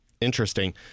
Interesting